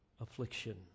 affliction